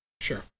Sure